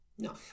No